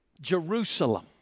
Jerusalem